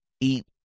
eat